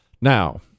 Now